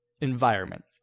environment